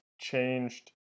changed